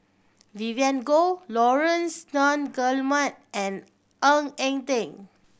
Vivien Goh Laurence Nunns Guillemard and Ng Eng Teng